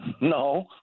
No